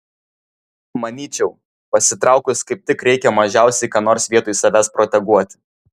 manyčiau pasitraukus kaip tik reikia mažiausiai ką nors vietoj savęs proteguoti